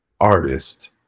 artist